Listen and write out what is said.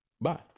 Bye